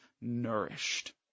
nourished